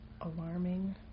alarming